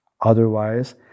Otherwise